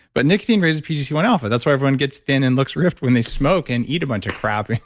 but nicotine raises pgc one alpha. that's why everyone gets thin and looks rift when they smoke and eat a bunch of crap.